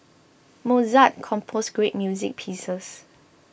Mozart composed great music pieces